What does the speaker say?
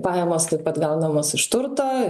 pajamos taip pat gaunamos iš turto